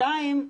שנית,